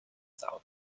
cały